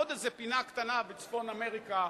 עוד איזה פינה קטנה בצפון אמריקה,